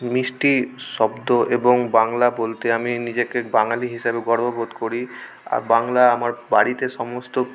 মিষ্টি শব্দ এবং বাংলা বলতে আমি নিজেকে বাঙালি হিসাবে গর্ব বোধ করি আর বাংলা আমার বাড়িতে সমস্ত